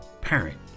parent